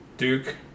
Duke